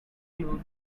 clue